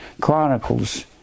Chronicles